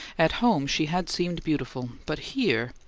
at home she had seemed beautiful but here,